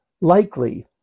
likely